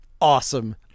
awesome